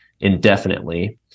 indefinitely